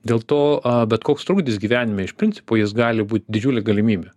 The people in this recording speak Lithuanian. dėl to bet koks trukdis gyvenime iš principo jis gali būt didžiulė galimybė